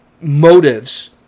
motives